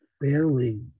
barely